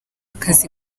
akazi